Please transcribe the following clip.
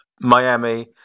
Miami